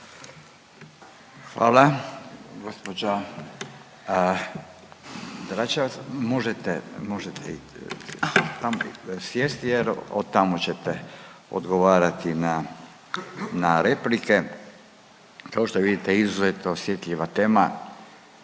Hvala. Gospođa Dračevac možete i tamo sjesti, jer od tamo ćete odgovarati na replike. Kao što vidite izuzetno osjetljiva tema,